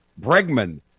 Bregman